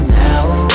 now